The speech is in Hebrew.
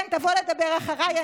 לא ייעקרו אבל גם לא ייבנו.